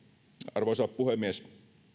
arvoisa puhemies